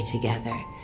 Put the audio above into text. together